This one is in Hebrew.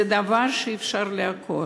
זה דבר שאי-אפשר לעקור,